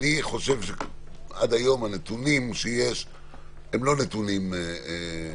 אני חושב שעד היום הנתונים שיש הם לא נתונים מדעיים בכלל,